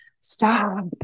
stop